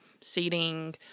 seating